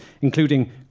including